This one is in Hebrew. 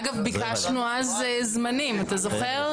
אגב, ביקשנו אז זמנים, אתה זוכר?